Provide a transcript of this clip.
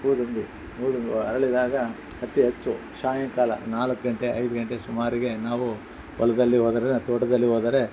ಹೂದುಂಬಿ ಅರಳಿದಾಗ ಅತೀ ಹೆಚ್ಚು ಸಾಯಂಕಾಲ ನಾಲ್ಕು ಗಂಟೆ ಐದು ಗಂಟೆ ಸುಮಾರಿಗೆ ನಾವು ಹೊಲ್ದಲ್ಲಿ ಹೋದ್ರೆ ತೋಟದಲ್ಲಿ ಹೋದರೆ